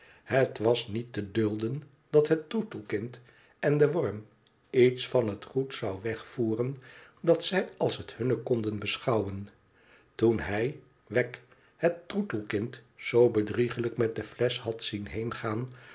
het was niet te dulden dat het troetelkind en de worm iets van het goed zou wegvoeren dat zij als het hunne konden beschouwen toen hij wegg het troetelkind zoo bedrieglijk met de flesch had zien heengaan